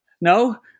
no